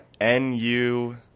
N-U